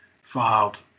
filed